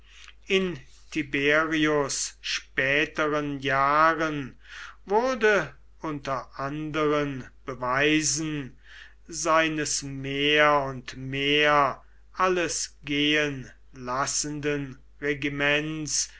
in tiberius späteren jahren wurde unter anderen beweisen seines mehr und mehr alles gehen lassenden regiments